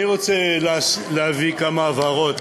אני רוצה להבהיר כמה הבהרות,